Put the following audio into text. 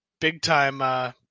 big-time